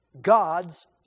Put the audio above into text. God's